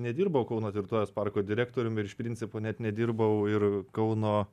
nedirbau kauno tvirtovės parko direktorium ir iš principo net nedirbau ir kauno